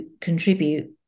contribute